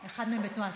אחד מהם בתנועה.